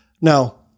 Now